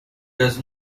does